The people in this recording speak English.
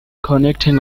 connecting